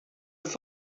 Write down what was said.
have